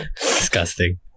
Disgusting